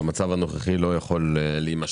שהמצב הנוכחי לא יכול להימשך.